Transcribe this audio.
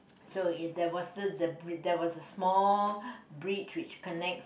so there was there was a small bridge which connects